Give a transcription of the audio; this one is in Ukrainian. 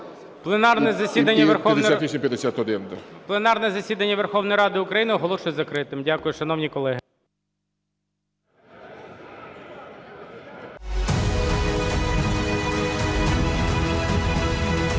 Пленарне засідання Верховної Ради України оголошую закритим. Дякую, шановні колеги.